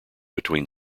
between